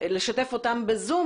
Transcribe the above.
לשתף אותו ב-זום,